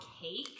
cake